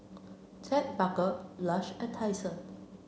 Ted Baker Lush and Tai Sun